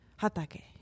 Hatake